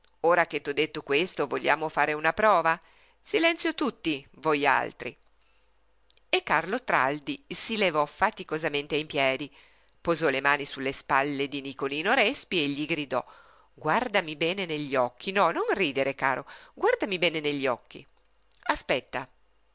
ora che t'ho detto questo vogliamo fare una prova silenzio tutti vojaltri e carlo traldi si levò faticosamente in piedi posò le mani su le spalle di nicolino respi e gli gridò guardami bene negli occhi no non ridere caro guardami bene negli occhi